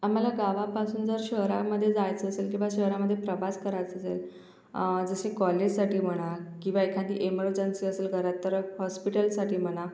आम्हाला गावापासून जर शहरामध्ये जायचं असेल किंवा शहरामध्ये प्रवास करायचा असेल जसे कॉलेजसाठी म्हणा किंवा एखादी एमर्जन्सी असेल घरात तर हॉस्पिटलसाठी म्हणा